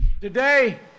Today